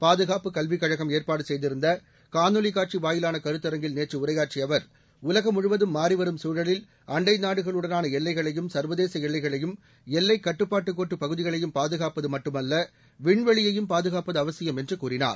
பாதுகாப்பு கல்விக் கழகம் ஏற்பாடு செய்திருந்த காணொலி காட்சி வாயிலான கருத்தரங்கில் நேற்று உரையாற்றிய அவர் உலகம் முழுவதும் மாறிவரும் சூழலில் அண்டை நாடுகளுடனான எல்லைகளையும் சர்வதேச எல்லைகளையும் எல்லைக் கட்டுப்பாட்டு கோட்டு பகுதிகளையும் பாதுகாப்பது மட்டுமல்ல விண்வெளியையும் பாதுகாப்பது அவசியம் என்று கூறினார்